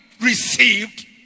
received